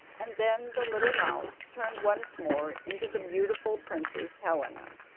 and then the little mouse turned once more into the beautiful princess helena.